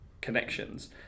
connections